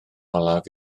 olaf